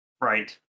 Right